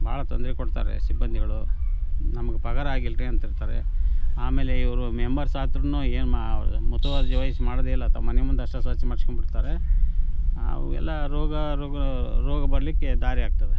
ಭಾಳ ತೊಂದರೆ ಕೊಡ್ತಾರೆ ಸಿಬ್ಬಂದಿಗಳು ನಮ್ಗೆ ಪಗಾರ ಆಗಿಲ್ಲರಿ ಅಂತಿರ್ತಾರೆ ಆಮೇಲೆ ಇವರು ಮೆಂಬರ್ಸ್ ಆದ್ರುನೂ ಏನು ಮ ಮುತುವರ್ಜಿ ವಹಿಸಿ ಮಾಡುವುದೇ ಇಲ್ಲ ತಮ್ಮ ಮನೆ ಮುಂದೆ ಅಷ್ಟೇ ಸ್ವಚ್ಛ ಮಾಡಿಸ್ಕೊಂಡು ಬಿಡ್ತಾರೆ ಎಲ್ಲ ರೋಗ ರೋಗ ರೋಗ ಬರಲಿಕ್ಕೆ ದಾರಿಯಾಗ್ತದೆ